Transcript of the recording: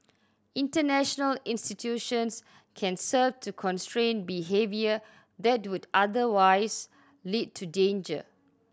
international institutions can serve to constrain behaviour that would otherwise lead to danger